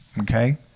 Okay